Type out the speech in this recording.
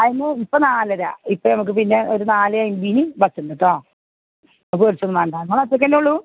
അതിന് ഇപ്പോൾ നാലര ഇപ്പോൾ നമുക്ക് പിന്നെ ഒരു നാല് അഞ്ചിനി ബസ്സുണ്ട് കേട്ടോ അപ്പോൾ ഒരിച്ചതും വേണ്ട ഇങ്ങളൊറ്റയ്ക്കല്ലെ ഉള്ളു